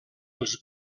els